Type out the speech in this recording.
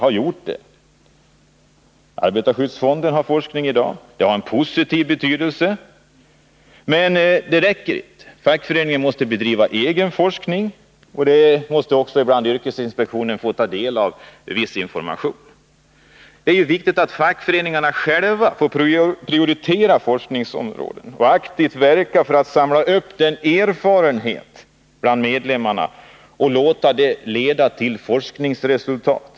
Arbetar skyddsfonden bedriver forskning i dag. Det har en positiv betydelse, men det räcker inte. Fackföreningarna måste bedriva egen forskning. Ibland måste också yrkesinspektionen få ta del av viss information. Det är viktigt att fackföreningarna själva får prioritera forskningsområden och aktivt verka för att samla upp den erfarenhet som vunnits av medlemmarna och låta den leda till forskningsresultat.